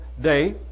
day